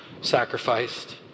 sacrificed